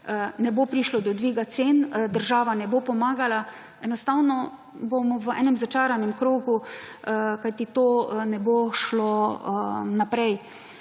ne bo prišlo do dviga cen. Država ne bo pomagala. Enostavno bomo v enem začaranem krogu. Kajti, to ne bo šlo naprej.